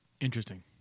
Interesting